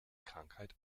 krankheit